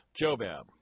Jobab